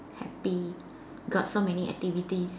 happy got so many activities